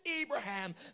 Abraham